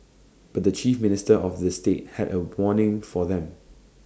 but the chief minister of the state had A warning for them